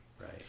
right